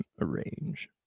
Arrange